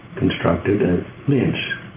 constructed at linz